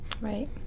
Right